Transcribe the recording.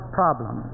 problem